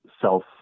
self